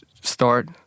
start